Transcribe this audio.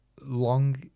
long